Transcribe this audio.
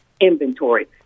Inventory